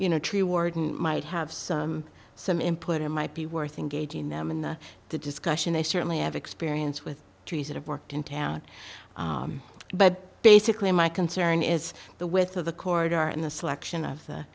you know tree warden might have some some input it might be worth engaging them in the discussion they certainly have experience with trees that have worked in town but basically my concern is the with of the corridor and the selection of the